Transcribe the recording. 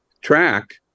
track